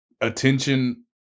attention